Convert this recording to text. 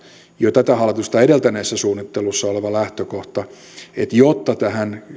jo tätä hallitusta edeltäneessä suunnittelussa oleva lähtökohta että jotta tähän